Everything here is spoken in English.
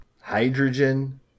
hydrogen